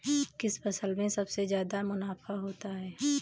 किस फसल में सबसे जादा मुनाफा होता है?